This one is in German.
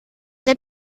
der